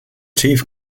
chief